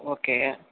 okay